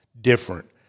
different